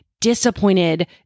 disappointed